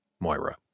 Moira